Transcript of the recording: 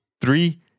Three